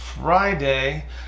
Friday